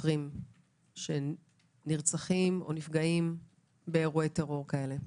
לשוטרים שנפגעים ונרצחים באירועי טרור כאלה.